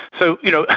so you know,